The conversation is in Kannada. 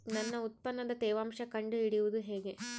ನನ್ನ ಉತ್ಪನ್ನದ ತೇವಾಂಶ ಕಂಡು ಹಿಡಿಯುವುದು ಹೇಗೆ?